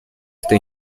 esta